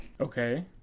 Okay